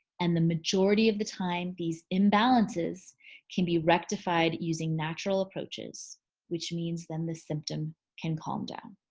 and the majority of the time these imbalances can be rectified using natural approaches which means then the symptom can calm down.